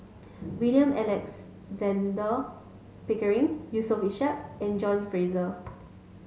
William Alexander Pickering Yusof Ishak and John Fraser